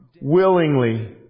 willingly